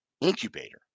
incubator